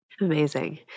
Amazing